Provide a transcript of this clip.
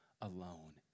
alone